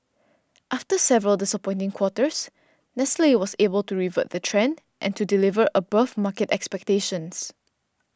after several disappointing quarters Nestle was able to revert the trend and to deliver above market expectations